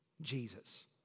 Jesus